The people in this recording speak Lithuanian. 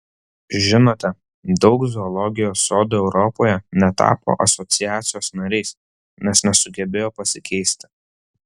žinote daug zoologijos sodų europoje netapo asociacijos nariais nes nesugebėjo pasikeisti